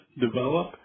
develop